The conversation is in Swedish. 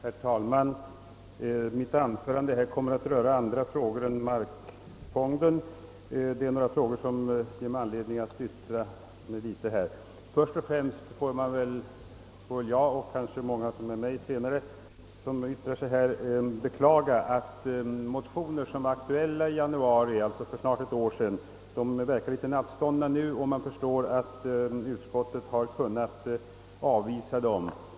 Herr talman! Mitt anförande kommer att beröra andra frågor än markfonden. Jag vill först och främst, liksom många med mig, beklaga att motioner som var aktuella i januari — alltså för snart ett år sedan — nu verkar något nattståndna och att utskottet alltså funnit sig böra avstyrka dem.